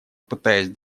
пытаясь